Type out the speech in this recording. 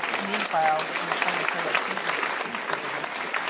meanwhile, we are trying to fill our freezers with food for the winter.